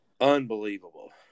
unbelievable